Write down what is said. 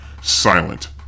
silent